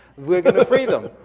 we're gonna free them.